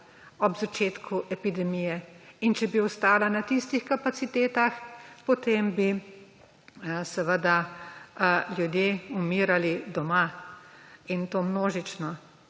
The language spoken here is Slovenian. ob začetku epidemije. Če bi ostala na tistih kapacitetah, potem bi ljudje umirali doma, in to množično.